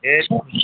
ए